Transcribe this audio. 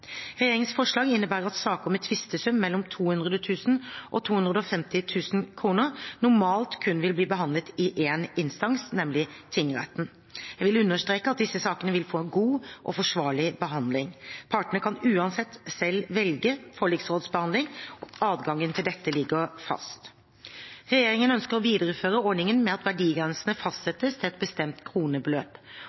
Regjeringens forslag innebærer at saker med tvistesum mellom 200 000 kr og 250 000 kr normalt kun vil bli behandlet i én instans, nemlig tingretten. Jeg vil understreke at disse sakene vil få en god og forsvarlig behandling. Partene kan uansett selv velge forliksrådsbehandling, og adgangen til dette ligger fast. Regjeringen ønsker å videreføre ordningen med at verdigrensene fastsettes til et bestemt kronebeløp.